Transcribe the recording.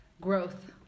growth